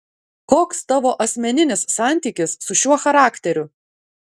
koks tavo asmeninis santykis su šiuo charakteriu